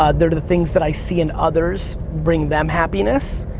ah they're the things that i see in others, bring them happiness.